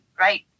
Right